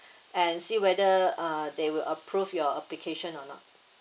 and see whether uh they will approve your application or not